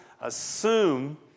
assume